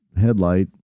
headlight